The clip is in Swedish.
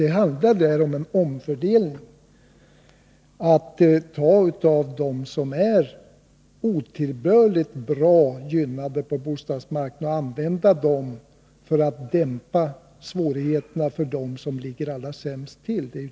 Det handlar i det fallet om en omfördelning, om att ta av dem som är otillbörligt gynnade på bostadsmarknaden och använda de medlen för att dämpa svårigheterna för dem som ligger allra sämst till.